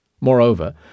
Moreover